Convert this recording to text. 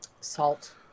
Salt